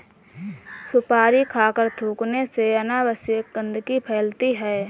सुपारी खाकर थूखने से अनावश्यक गंदगी फैलती है